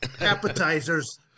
Appetizers